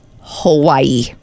Hawaii